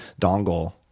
dongle